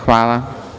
Hvala.